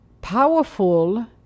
powerful